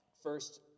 First